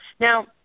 now